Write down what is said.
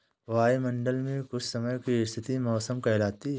वायुमंडल मे कुछ समय की स्थिति मौसम कहलाती है